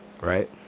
right